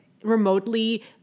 remotely